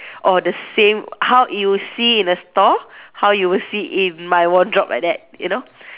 or the same how you'll see in a stall how you would see in my wardrobe like that you know